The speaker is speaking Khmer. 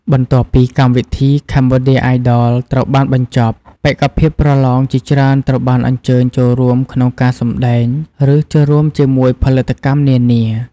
បន្ទាប់ពីកម្មវិធី "Cambodia Idol" ត្រូវបានបញ្ចប់ បេក្ខភាពប្រឡងជាច្រើនត្រូវបានអញ្ជើញចូលរួមក្នុងការសម្តែង ឬចូលរួមជាមួយផលិតកម្មនានា។